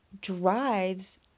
drives